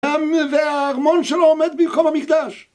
והארמון שלו עומד בעיקר במקדש